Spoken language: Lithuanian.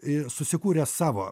i susikūrė savo